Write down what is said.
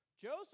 Joseph